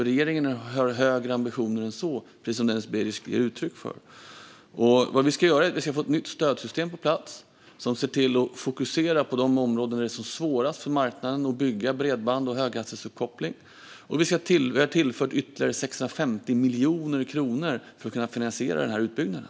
Regeringen har högre ambitioner än så, precis som Denis Begic ger uttryck för. Det vi ska göra är att få på plats ett nytt stödsystem som fokuserar på de områden där det är som svårast för marknaden att bygga bredband och höghastighetsuppkoppling. Vi har tillfört ytterligare 650 miljoner kronor för att kunna finansiera den utbyggnaden.